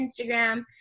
Instagram